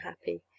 happy